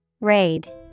Raid